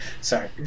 Sorry